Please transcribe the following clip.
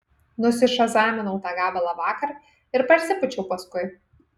nusišazaminau tą gabalą vakar ir parsipūčiau paskui